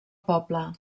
poble